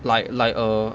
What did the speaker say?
like like err